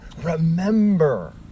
remember